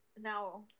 now